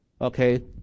Okay